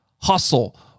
Hustle